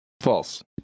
False